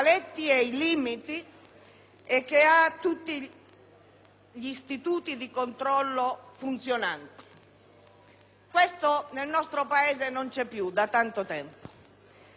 Questo nel nostro Paese non c'è più da tanto tempo e penso quindi che si fanno prevalere convenienze ed espedienti di brevissimo respiro, francamente.